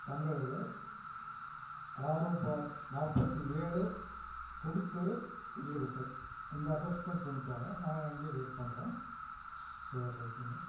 தங்கவேலு ஆறு பார் நாற்பத்தி ஏழு குடித்தெரு வெள்ளிக்கோட்டை இந்த அட்ரஸ்க்கு கொண்டு வாங்க நாங்கள் அங்கே வெயிட் பண்ணுறோம் சரி ரைட்டுங்க